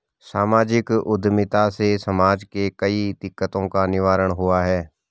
सामाजिक उद्यमिता से समाज के कई दिकक्तों का निवारण हुआ है